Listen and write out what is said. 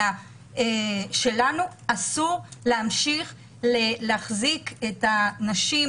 אסור להמשיך להחזיק את הנשים